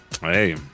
Hey